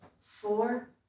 four